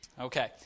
Okay